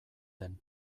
den